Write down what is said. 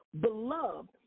beloved